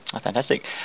Fantastic